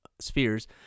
spheres